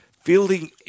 Fielding